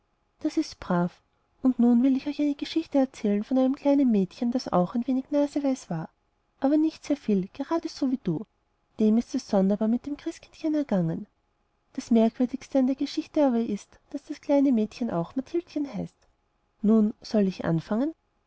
das ist brav und nun will ich euch eine geschichte erzählen von einem kleinen mädchen das auch ein wenig naseweis war aber nicht sehr viel geradeso wie du dem ist es sonderbar mit dem christkindchen gegangen das merkwürdigste an der geschichte aber ist daß das kleine mädchen auch mathildchen heißt nun soll ich anfangen